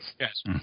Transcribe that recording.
Yes